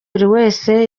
wese